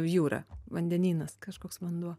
jūra vandenynas kažkoks vanduo